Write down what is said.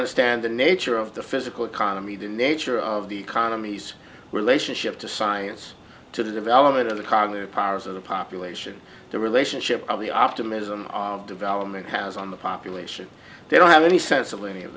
i stand the nature of the physical economy the nature of the economies relationship to science to the development of the cognitive powers of the population the relationship of the optimism of development has on the population they don't have any